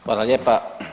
Hvala lijepa.